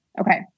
Okay